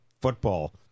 football